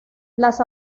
las